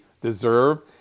deserve